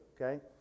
Okay